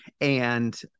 And-